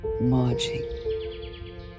merging